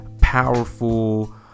powerful